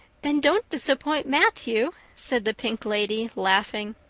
then don't disappoint matthew, said the pink lady, laughing.